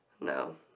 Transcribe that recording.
No